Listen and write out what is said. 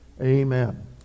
amen